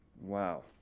Wow